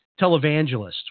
televangelists